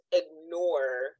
ignore